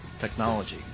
technology